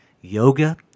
yoga